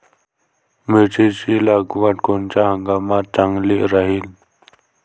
मिरची लागवड कोनच्या हंगामात चांगली राहीन?